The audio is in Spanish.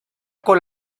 con